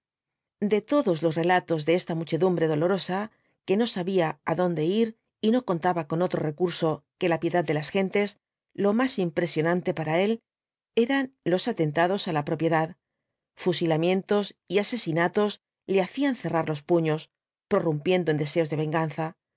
de todos los relatos de esta muchedumbre dolorosa que no sabía adonde ir y no contaba con otro recurso que la piedad de las gentes lo más impresionante para él eran los atentados á la propiedad fusilamientos y asesinatos le hacían cerrar los puños prorrumpiendo en deseos de venganza